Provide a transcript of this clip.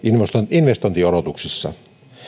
investointiodotuksissa